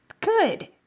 good